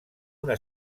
una